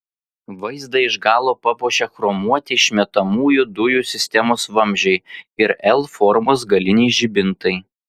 vaizdą iš galo papuošia chromuoti išmetamųjų dujų sistemos vamzdžiai ir l formos galiniai žibintai